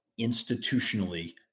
institutionally